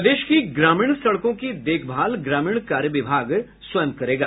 प्रदेश की ग्रामीण सड़कों की देखभाल ग्रामीण कार्य विभाग स्वयं करेगा